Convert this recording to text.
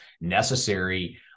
necessary